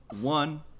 One